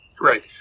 Right